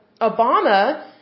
Obama